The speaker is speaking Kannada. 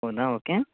ಹೌದಾ ಓಕೆ